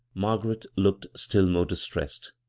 margaret looked still more distressed.